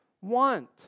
want